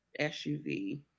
SUV